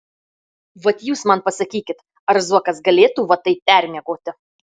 vat jūs man pasakykit ar zuokas galėtų va taip permiegoti